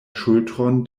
ŝultron